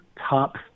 top